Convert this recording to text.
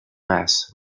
mass